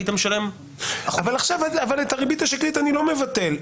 היית משלם --- אבל את הריבית השקלית אני לא מבטל,